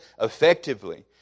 effectively